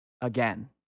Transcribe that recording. Again